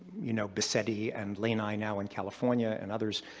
you know, bessettii and lanai now in california and others,